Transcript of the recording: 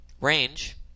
range